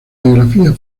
biografía